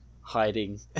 hiding